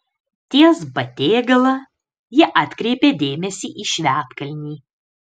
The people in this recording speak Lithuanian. ties batėgala ji atkreipė dėmesį į švedkalnį